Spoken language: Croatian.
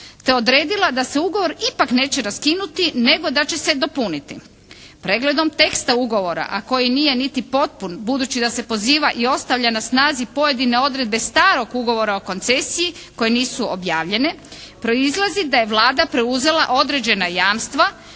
te odredila da se ugovor ipak neće raskinuti nego da će se dopuniti. Pregledom teksta ugovora, a koji nije niti potpuno, budući da se poziva i ostavlja na snazi pojedine odredbe starog ugovora o koncesiji koje nisu objavljene proizlazi da je Vlada preuzela određena jamstva